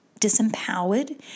disempowered